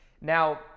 Now